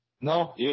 No